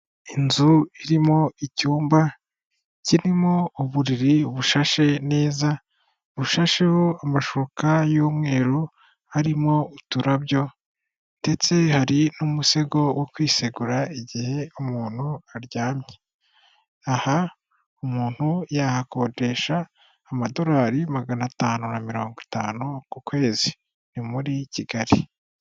Inzu irimo icyumba, kirimo uburiri bushashe neza, bushasheho amashuka y'umweru harimo uturarabyo, ndetse hari n'umusego wo kwisegura igihe umuntu aryamye. Aha umuntu yahakodesha amadorari magana atanu na mirongo itanu ku kwezi. Ni muri Kigali.